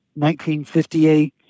1958